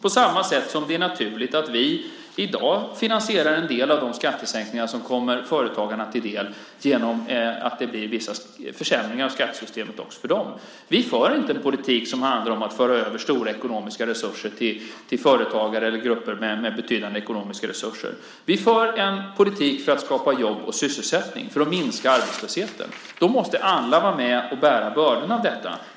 På samma sätt är det naturligt att vi i dag finansierar en del av de skattesänkningar som kommer företagarna till del genom att det blir vissa försämringar av skattesystemet också för dem. Vi för inte en politik som handlar om att föra över stora ekonomiska resurser till företagare eller grupper med betydande ekonomiska resurser. Vi för en politik för att skapa jobb och sysselsättning och för att minska arbetslösheten. Då måste alla vara med och bära bördorna av detta.